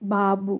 Babu